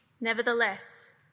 Nevertheless